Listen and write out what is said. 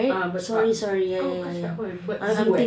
ah bird park kau kau cakap apa zoo eh